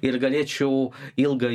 ir galėčiau ilgai